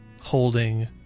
holding